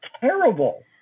terrible